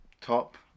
top